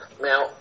Now